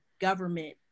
government